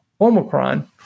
Omicron